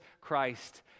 Christ